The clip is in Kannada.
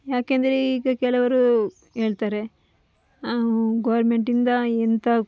ಯಾಕೆಂದರೆ ಈಗ ಕೆಲವರು ಹೇಳ್ತಾರೆ ಗೋರ್ಮೆಂಟಿಂದ ಎಂಥ